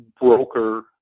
broker